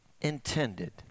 intended